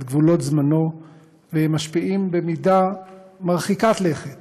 גבולות זמנו והם משפיעים במידה מרחיקת לכת